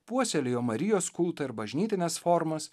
puoselėjo marijos kultą ir bažnytines formas